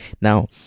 now